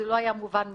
זה לא היה מובן מאליו,